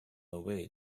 away